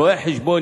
רואי-חשבון,